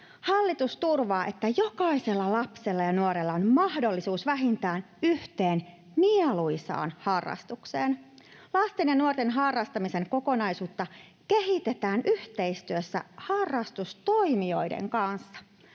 "Hallitus turvaa, että jokaisella lapsella ja nuorella on mahdollisuus vähintään yhteen mieluisaan harrastukseen. Lasten ja nuorten harrastamisen kokonaisuutta kehitetään yhteistyössä harrastustoimijoiden kanssa.